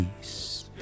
peace